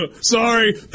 Sorry